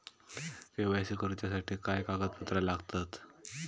KYC करूच्यासाठी काय कागदपत्रा लागतत?